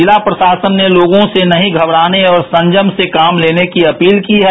जिला प्रशासन ने लोगों से नहीं घबड़ाने और संयम से काम लेने की अपील की है